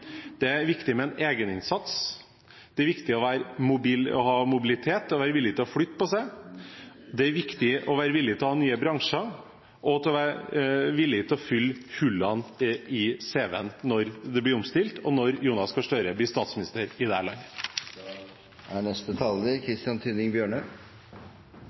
Det er viktig med en egeninnsats. Det er viktig å ha mobilitet og være villig til å flytte på seg. Det er viktig å være villig til å forsøke nye bransjer og være villig til å fylle hullene i cv-en når man blir omstilt, når Jonas Gahr Støre blir statsminister i dette landet. Jeg har lyst til å fortelle litt om stoda i Telemark, og det er